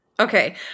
Okay